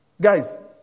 Guys